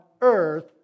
earth